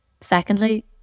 Secondly